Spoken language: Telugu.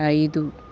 ఐదు